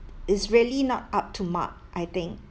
it's really not up to mark I think